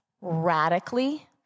radically